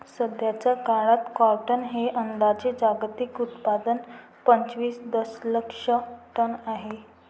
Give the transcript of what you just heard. सध्याचा काळात कॉटन हे अंदाजे जागतिक उत्पादन पंचवीस दशलक्ष टन आहे